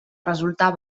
resultar